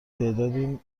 تعدادی